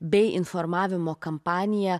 bei informavimo kampanija